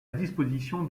disposition